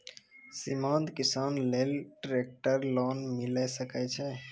सीमांत किसान लेल ट्रेक्टर लोन मिलै सकय छै?